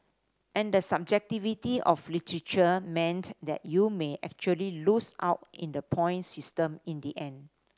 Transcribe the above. and the subjectivity of literature meant that you may actually lose out in the point system in the end